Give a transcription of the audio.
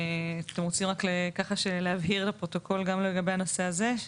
אתם רוצים ככה להבהיר לפרוטוקול גם לגבי הנושא הזה?